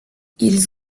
ils